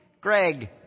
Greg